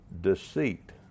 Deceit